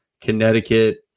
Connecticut